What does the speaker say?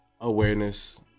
awareness